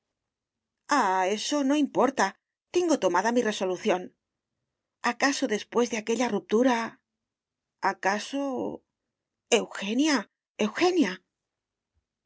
eso no importa tengo tomada mi resolución acaso después de aquella ruptura acaso eugenia